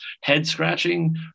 head-scratching